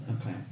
Okay